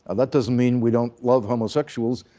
and that doesn't mean we don't love homosexuals.